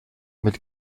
mit